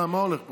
מה הולך פה?